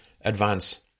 advance